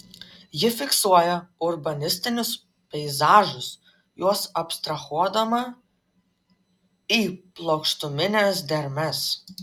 ji fiksuoja urbanistinius peizažus juos abstrahuodama į plokštumines dermes